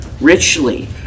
richly